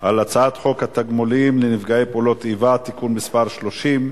על הצעת חוק התגמולים לנפגעי פעולות איבה (תיקון מס' 30)